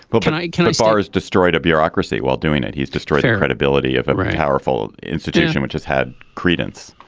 open i can as far as destroyed a bureaucracy while doing it he's destroyed any credibility i've ever had powerful institution which has had credence.